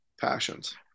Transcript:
passions